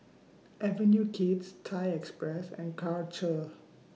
Avenue Kids Thai Express and Karcher